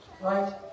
right